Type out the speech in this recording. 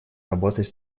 работать